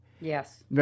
Yes